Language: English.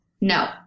No